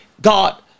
God